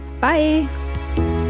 Bye